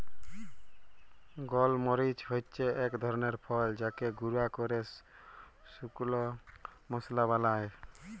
গল মরিচ হচ্যে এক ধরলের ফল যাকে গুঁরা ক্যরে শুকল মশলা বালায়